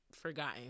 forgotten